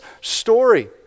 story